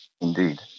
indeed